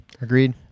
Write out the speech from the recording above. Agreed